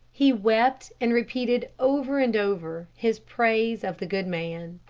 he wept and repeated over and over his praise of the good man.